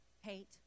Hate